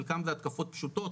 חלקן זה התקפות פשוטות,